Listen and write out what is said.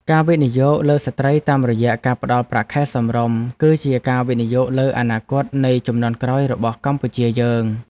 ការវិនិយោគលើស្ត្រីតាមរយៈការផ្តល់ប្រាក់ខែសមរម្យ គឺជាការវិនិយោគលើអនាគតនៃជំនាន់ក្រោយរបស់កម្ពុជាយើង។